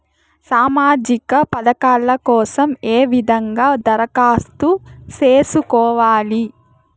సామాజిక పథకాల కోసం ఏ విధంగా దరఖాస్తు సేసుకోవాలి